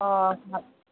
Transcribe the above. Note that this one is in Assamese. অঁ ভাত